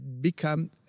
become